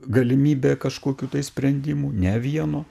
galimybė kažkokių tai sprendimų ne vieno